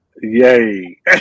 Yay